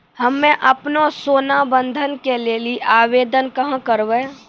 हम्मे आपनौ सोना बंधन के लेली आवेदन कहाँ करवै?